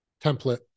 template